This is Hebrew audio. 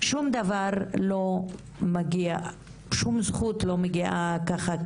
שום דבר לא מגיע או שום זכות לא מגיעה ככה,